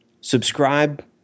subscribe